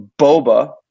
Boba